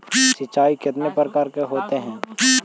सिंचाई कितने प्रकार के होते हैं?